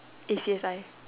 A_C_S_I